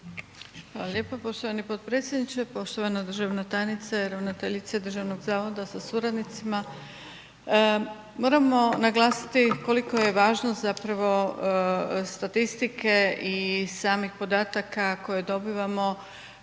Hvala lijepo, poštovani potpredsjedniče, poštovana državna tajnice, ravnateljice državnog zavoda sa suradnicima. Moramo naglasiti koliko je važnost zapravo statistike i samih podataka koje dobivamo